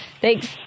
Thanks